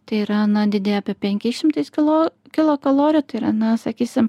tai yra na didėja apie penkiais šimtais kilo kilo kalorijų tai yra na sakysim